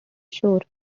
shore